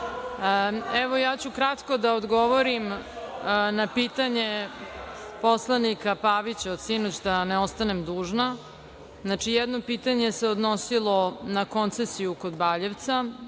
ja ću kratko da odgovorim na pitanje poslanika Pavića od sinoć, da ne ostanem dužna. Znači, jedno pitanje se odnosilo na koncesiju kod Baljevca.